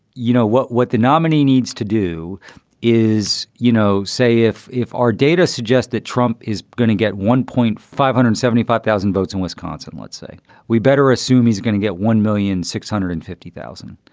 you know what? what the nominee. he needs to do is, you know, say if if our data suggest that trump is going to get one point five hundred seventy five thousand votes in wisconsin, let's say we better assume he's going to get one million six hundred and fifty thousand.